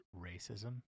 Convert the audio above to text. racism